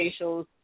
facials